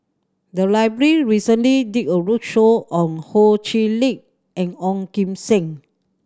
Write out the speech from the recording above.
the library recently did a roadshow on Ho Chee Lick and Ong Kim Seng